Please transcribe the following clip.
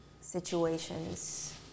situations